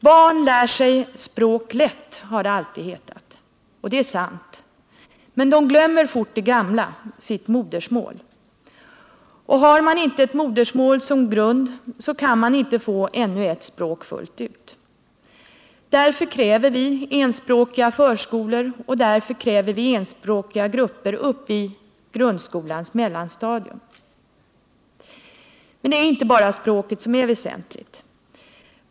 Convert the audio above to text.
Barn lär sig språk lätt, har det alltid hetat. Och det är sant. Men de glömmer fort det gamla — sitt modersmål. Och har man inte ett modersmål som grund kan man inte få ännu ett språk fullt ut. Därför kräver vi enspråkiga förskolor, och därför kräver vi enspråkiga grupper upp i grundskolans mellanstadium. Men det är inte bara språket som är väsentligt.